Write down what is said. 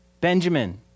Benjamin